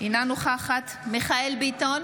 אינה נוכחת מיכאל מרדכי ביטון,